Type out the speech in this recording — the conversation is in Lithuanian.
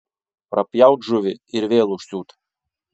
prapjaut žuvį ir vėl užsiūt